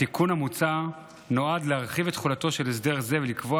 התיקון המוצע נועד להרחיב את תחולתו של הסדר זה ולקבוע